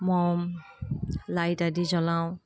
মম light আদি জ্বলাওঁ